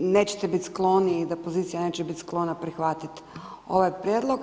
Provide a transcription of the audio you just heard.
nećete biti skloni i da pozicija neće biti sklona prihvatiti ovaj prijedlog.